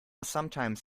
sometimes